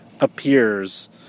appears